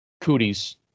cooties